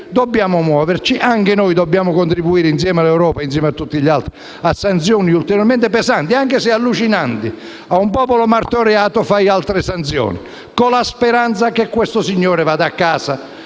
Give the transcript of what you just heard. Dobbiamo muoverci e anche noi dobbiamo contribuire, insieme all'Europa e a tutti gli altri, a sanzioni ulteriormente pesanti, anche se allucinanti (a un popolo martoriato si impongono altre sanzioni), con la speranza che questo signore vada a casa